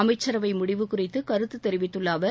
அமைச்சரவை முடிவு குறித்து கருத்து தெரிவித்துள்ள அவர்